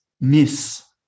miss